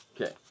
Okay